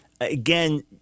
Again